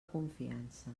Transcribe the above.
confiança